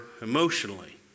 emotionally